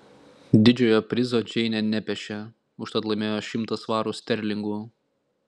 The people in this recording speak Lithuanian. didžiojo prizo džeinė nepešė užtat laimėjo šimtą svarų sterlingų